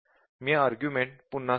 मी argument पुन्हा सांगतो